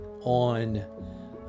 on